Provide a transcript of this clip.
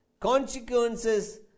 consequences